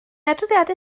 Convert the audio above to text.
adroddiadau